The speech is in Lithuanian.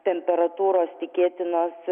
temperatūros tikėtinos